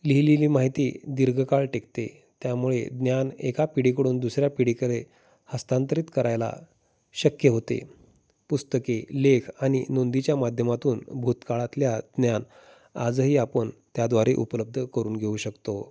लिहिलेली माहिती दीर्घकाळ टिकते त्यामुळे ज्ञान एका पिढीकडून दुसऱ्या पिढीकडे हस्तांतरित करायला शक्य होते पुस्तके लेख आणि नोंदीच्या माध्यमातून भूतकाळातल्या ज्ञान आजही आपण त्याद्वारे उपलब्ध करून घेऊ शकतो